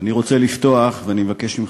אני רוצה לפתוח ואני מבקש ממך,